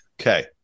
Okay